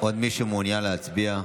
עוד מישהו מעוניין להצביע?